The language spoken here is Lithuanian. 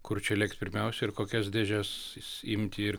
kur čia lėkt pirmiausia ir kokias dėžes imti ir